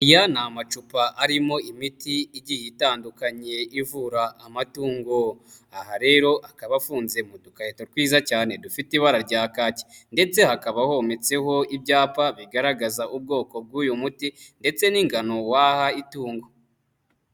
Aya ni amacupa arimo imiti igiye itandukanye ivura amatungo, aha rero akaba afunze mu dukarito twiza cyane dufite ibara rya kaki ndetse hakaba hometseho ibyapa bigaragaza ubwoko bw'uyu muti ndetse n'ingano waha itungo.